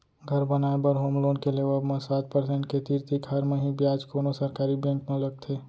घर बनाए बर होम लोन के लेवब म सात परसेंट के तीर तिखार म ही बियाज कोनो सरकारी बेंक म लगथे